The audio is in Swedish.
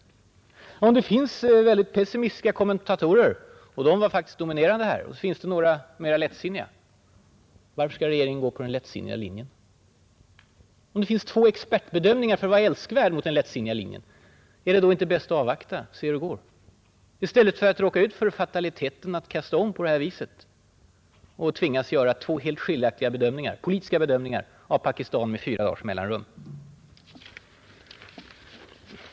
Men om det finns väldigt pessimistiska kommentatorer — och de var faktiskt dominerande — och några mera lättsinniga, varför skall då regeringen gå på den lättsinniga linjen? Om det finns två expertbedömningar — för att nu vara älskvärd mot den lättsinniga linjen — är det då inte bäst att avvakta och se hur det går i stället för att utsätta sig för fataliteten att tvingas kasta om på detta sätt och göra två helt skiljaktiga politiska bedömningar av Pakistan med fyra dagars mellanrum?